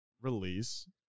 release